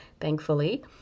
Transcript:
thankfully